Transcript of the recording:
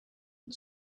and